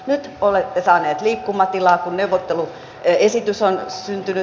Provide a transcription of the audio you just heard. nyt olette saaneet liikkumatilaa kun neuvotteluesitys on syntynyt